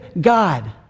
God